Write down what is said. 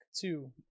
two